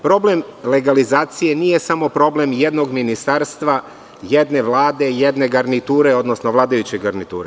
Problem legalizacije nije samo problem jednog ministarstva, jedne vlade, jedne garniture, odnosno vladajuće garniture.